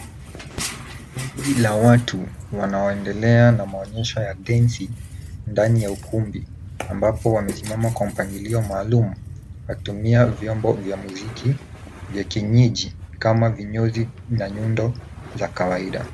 Kundi la watu wanaoendelea na maonyesho ya densi ndani ya ukumbi ambapo wamesimama kwa mpangilio maalum wakitumia vyombo vya muziki vya kienyeji kama vinyozi na nyundo za kawaida.